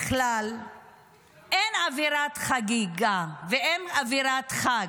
בכלל אין אווירת חגיגה ואין אווירת חג.